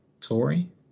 tory